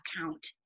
account